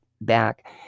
back